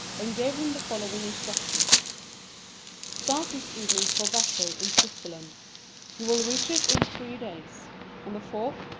and gave him the following instructions start this evening for basle, in switzerland you will reach it in three days on the fourth,